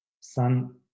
son